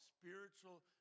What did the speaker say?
Spiritual